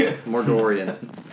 Mordorian